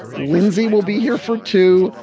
lindsey will be here for two.